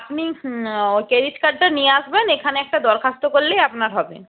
আপনি ক্রেডিট কার্ডটা নিয়ে আসবেন এখানে একটা দরখাস্ত করলেই আপনার হবে